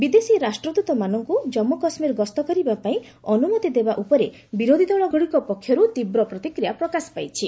ବିଦେଶୀ ରାଷ୍ଟ୍ରଦ୍ୱତମାନଙ୍କୁ ଜନ୍ମୁ କାଶ୍ମୀର ଗସ୍ତ କରିବାପାଇଁ ଅନୁମତି ଦେବାଉପରେ ବିରୋଧି ଦଳଗୁଡ଼ିକ ପକ୍ଷରୁ ତୀବ୍ର ପ୍ରତିକ୍ରିୟା ପ୍ରକାଶ ପାଇଛି